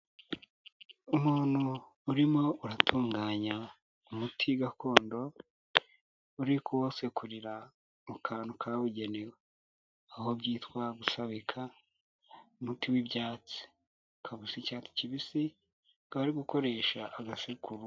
Umuntu urimo uratunganya umuti gakondo, uri kuwusekurira mu kantu kawugenewe, aho byitwa gusabika umuti w'ibyatsi akaba usa icyatsi kibisi, akaba ari gukoresha agasekuru.